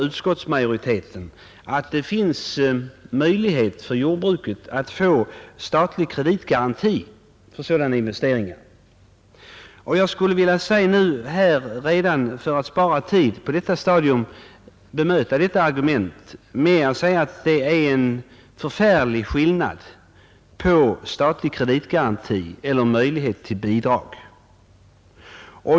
Utskottsmajoriteten invänder att det finns möjlighet för jordbruket att få statlig kreditgaranti för sådana investeringar. För att spara tid vill jag redan nu bemöta detta argument med att säga att det är en förfärlig skillnad mellan statlig kreditgaranti och möjlighet till bidrag.